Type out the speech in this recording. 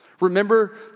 Remember